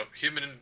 human